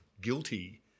guilty